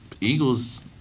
Eagles